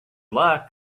luck